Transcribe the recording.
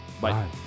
Bye